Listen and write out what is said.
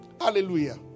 Hallelujah